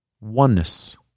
Oneness